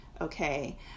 okay